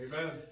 Amen